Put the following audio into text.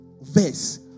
verse